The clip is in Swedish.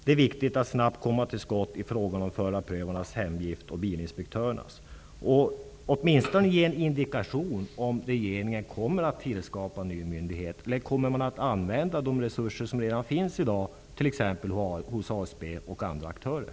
Det är viktigt att snabbt komma fram till beslut om förarprövarnas och bilinspektörernas hemvist eller i alla fall ge en indikation om regeringen kommer att tillskapa en ny myndighet eller om man kommer att använda de resurser som redan i dag finns hos t.ex. ASB och andra aktörer.